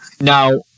Now